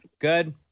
Good